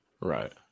Right